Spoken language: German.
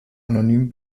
anonym